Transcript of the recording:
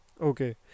Okay